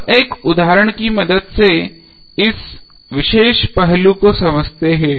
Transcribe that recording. अब एक उदाहरण की मदद से इस विशेष पहलू को समझते हैं